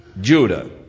Judah